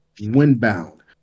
Windbound